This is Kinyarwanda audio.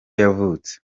yavutse